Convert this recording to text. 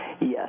Yes